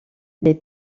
les